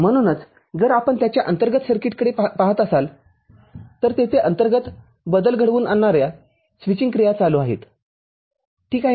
म्हणूनचजर आपण त्याच्या अंतर्गत सर्किटकडे पहात असाल तर तेथे अंतर्गत बदल घडवून आणणार्या स्विचिंग क्रिया चालू आहेत ठीक आहे